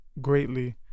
greatly